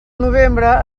novembre